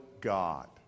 God